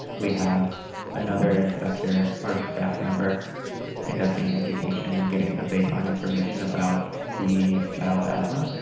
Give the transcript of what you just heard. we have another inspector or staff member conducting education and getting some baseline information about the child's asthma.